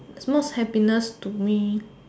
most happiness to me